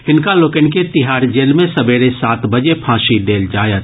हिनका लोकनि के तिहाड़ जेल मे सबेरे सात बजे फांसी देल जायत